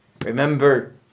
Remember